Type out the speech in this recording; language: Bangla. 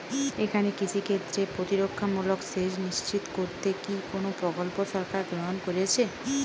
এখানে কৃষিক্ষেত্রে প্রতিরক্ষামূলক সেচ নিশ্চিত করতে কি কোনো প্রকল্প সরকার গ্রহন করেছে?